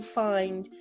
find